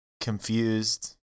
confused